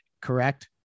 Correct